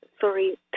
sorry